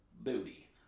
Booty